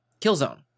Killzone